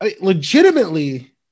legitimately